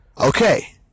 Okay